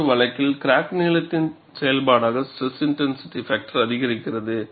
மற்றொரு வழக்கில் கிராக் நீளத்தின் செயல்பாடாக SIF அதிகரிக்கிறது